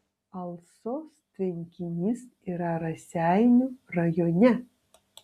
alsos tvenkinys yra raseinių rajone